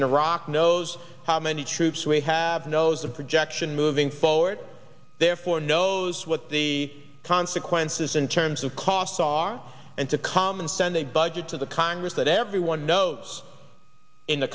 in iraq knows how many troops we have knows the projection moving forward therefore knows what the consequences in terms of costs are and to come and send a budget to the congress that everyone knows in the